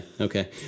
okay